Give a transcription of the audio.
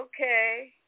Okay